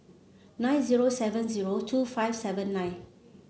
nine zero seven zero two five seven nine